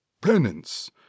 Penance